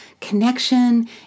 connection